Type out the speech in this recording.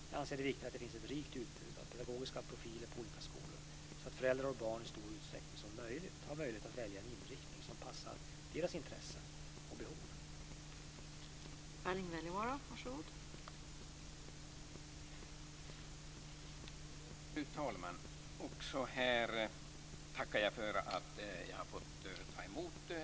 Jag anser det viktigt att det finns ett rikt utbud av pedagogiska profiler på olika skolor så att föräldrar och barn i så stor utsträckning som möjligt har möjlighet att välja en inriktning som passar deras intressen och behov.